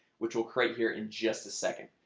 which will create here in just a second.